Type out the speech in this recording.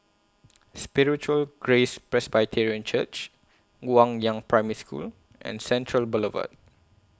Spiritual Grace Presbyterian Church Guangyang Primary School and Central Boulevard